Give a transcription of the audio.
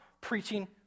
preaching